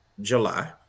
July